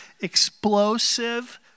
explosive